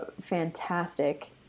fantastic